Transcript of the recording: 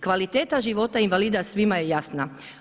Kvaliteta života invalida svima je jasna.